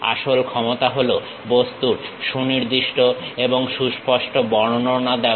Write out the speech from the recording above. আসল ক্ষমতা হলো বস্তুর সুনির্দিষ্ট এবং সুস্পষ্ট বর্ণনা দেওয়া